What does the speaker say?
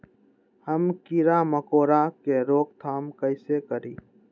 हम किरा मकोरा के रोक थाम कईसे करी?